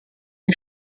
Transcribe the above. che